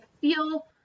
feel